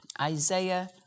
Isaiah